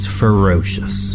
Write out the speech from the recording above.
ferocious